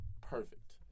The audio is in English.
Perfect